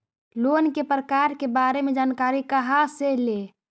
Loan के प्रकार के बारे मे जानकारी कहा से ले?